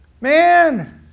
Man